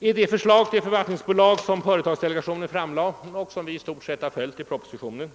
I det förslag till förvaltningsbolag, som företagsdelegationen framlade och som vi i stort sett följt i propositionen,